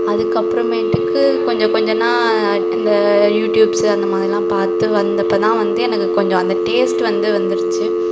அதுக்கப்பறமேட்டுக்கு கொஞ்ச கொஞ்சன்னா இந்த யூடியூப்ஸு அந்த மாதிரிலாம் பார்த்து வந்தப்ப தான் வந்து எனக்கு கொஞ்சம் அந்த டேஸ்ட்டு வந்து வந்துடுச்சி